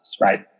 right